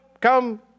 come